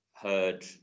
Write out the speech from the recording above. heard